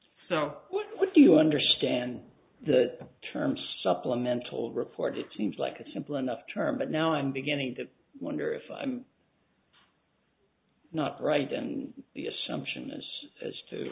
so what do you understand the terms supplemental report it seems like a simple enough term but now i'm beginning to wonder if i'm not right and the assumption is as to